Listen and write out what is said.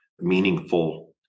meaningful